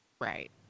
Right